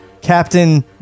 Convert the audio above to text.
Captain